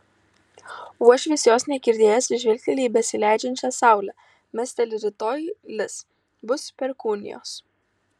uošvis jos negirdėjęs žvilgteli į besileidžiančią saulę mesteli rytoj lis bus perkūnijos